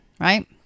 right